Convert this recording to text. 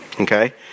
Okay